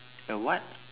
a what